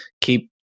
keep